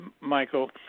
Michael